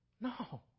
No